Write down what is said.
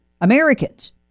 Americans